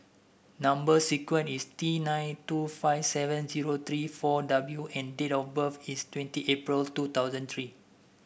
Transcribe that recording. number sequence is T nine two five seven zero three four W and date of birth is twenty April two thousand three